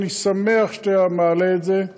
שאני שמח שאתה מעלה את זה.